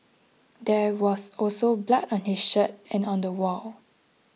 there was also blood on his shirt and on the wall